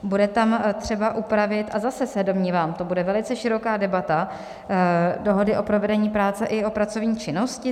Bude tam třeba upravit, a zase se domnívám, to bude velice široká debata, dohodu o provedení práce i o pracovní činnosti.